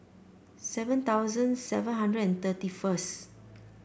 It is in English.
seven thousand seven hundred and thirty first